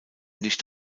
nicht